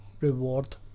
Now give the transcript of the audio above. reward